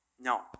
No